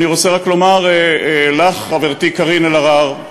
אני רוצה רק לומר לך, חברתי קארין אלהרר,